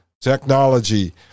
technology